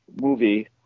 movie